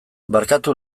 barkatu